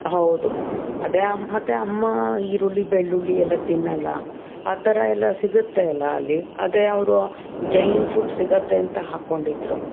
ಹೌದು ಅದೆ ಮತ್ತೆ ಅಮ್ಮ ಈರುಳ್ಳಿ ಬೆಳ್ಳುಳ್ಳಿ ಎಲ್ಲ ತಿನ್ನಲ್ಲ ಆ ಥರ ಎಲ್ಲ ಸಿಗುತ್ತೆ ಅಲ್ಲಾ ಅಲ್ಲಿ ಅದೆ ಅವರು ಜೈನ್ ಫುಡ್ ಸಿಗತ್ತೆ ಅಂತ ಹಾಕ್ಕೊಂಡಿದ್ರು